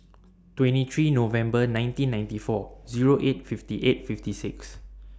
twenty three November nineteen ninety four Zero eight fifty eight fifty six